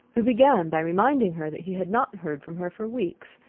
who began by reminding her that he had not heard from her for weeks,